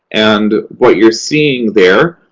and what you're seeing there,